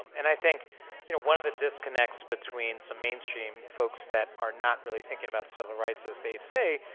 um and i think you know one of the disconnects between some mainstream folks that are not really thinking about civil rights, as they say,